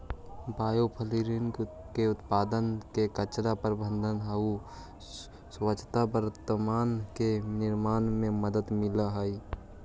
biofuel के उत्पादन से कचरा प्रबन्धन आउ स्वच्छ वातावरण के निर्माण में मदद मिलऽ हई